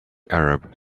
arab